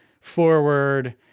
forward